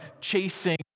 chasing